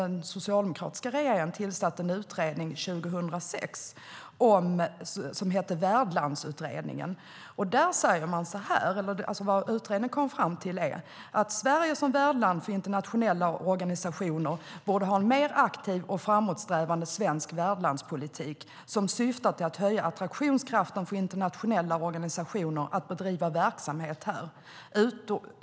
Den socialdemokratiska regeringen tillsatte 2006 Värdlandsutredningen, som kom fram till att Sverige som värdland för internationella organisationer borde ha en mer aktiv och framåtsträvande värdlandspolitik som syftar till att höja attraktionskraften i att bedriva verksamhet här för internationella organisationer.